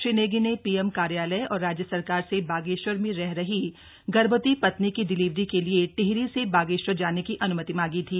श्री नेगी ने पीएम कार्यालय और राज्य सरकार से बागेश्वर में रह रही गर्भवती पत्नी की डिलीवरी के लिए टिहरी से बागेश्वर जाने की अन्मति मांगी थी